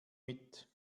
mit